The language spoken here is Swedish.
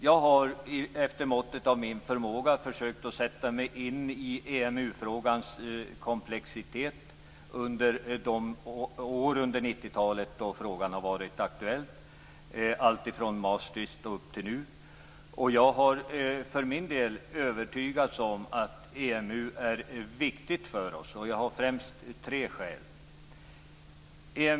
Jag har efter måttet av min förmåga försökt sätta mig in i EMU-frågans komplexitet under de år av 90 talet när frågan har varit aktuell, från Maastricht och fram till nu. Jag är för min del övertygad om att EMU är viktigt för oss. Jag har främst tre skäl för detta: 1.